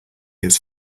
his